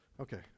okay